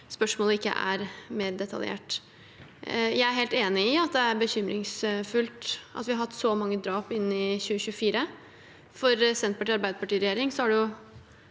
spørsmålet ikke er mer detaljert. Jeg er helt enig i at det er bekymringsfullt at vi har hatt så mange drap i 2024. For Senterpartiet og Arbeiderpartiet i